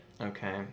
Okay